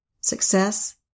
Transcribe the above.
success